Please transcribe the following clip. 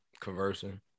conversing